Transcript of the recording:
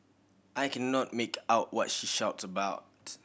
I cannot make out what she shouts about